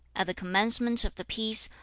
at the commencement of the piece,